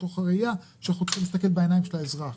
מתוך הראייה שאנחנו צריכים להסתכל בעיניים של האזרח,